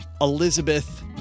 Elizabeth